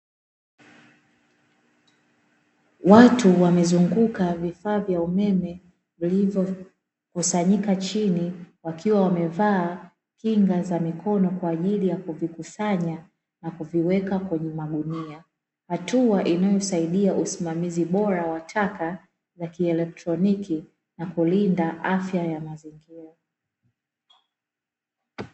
Watu wamezunguka vifaa vya umeme vilivyokusanyika chini wakiwa wamevaa kinga za mikono, kwa ajili ya kuvikusanya na kuviweka kwenye magunia hatua inayosaidia usimamizi bora wa taka za kielektoniki na kulinda afya ya mazingira.